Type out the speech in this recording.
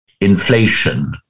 inflation